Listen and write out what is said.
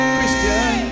Christian